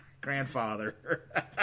grandfather